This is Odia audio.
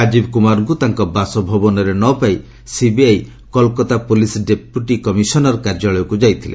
ରାଜୀବ୍ କୁମାରଙ୍କୁ ତାଙ୍କ ବାସଭବନରେ ନ ପାଇ CBI Kolkata police deputy commissioner କାର୍ଯ୍ୟାଳୟକୁ ଯାଇଥିଲେ